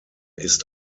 ist